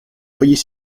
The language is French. foyers